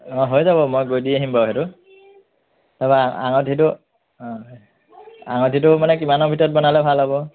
অ হৈ যাব মই গৈ দি আহিম বাৰু সেইটো তাৰপৰা আঙুঠিটো অ আঙুঠিটো মানে কিমানৰ ভিতৰত বনালে ভাল হ'ব